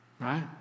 right